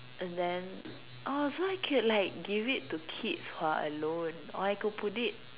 and then oh so I can like give it to kids who are alone or I could put it